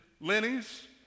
Lenny's